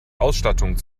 ausstattung